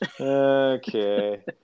okay